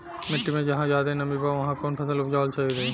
मिट्टी मे जहा जादे नमी बा उहवा कौन फसल उपजावल सही रही?